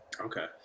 okay